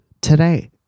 today